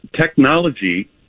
technology